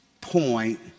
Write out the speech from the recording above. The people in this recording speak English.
point